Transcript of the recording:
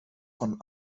von